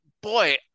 boy